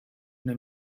una